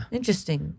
Interesting